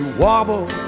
wobble